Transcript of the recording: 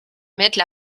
mettent